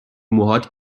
موهات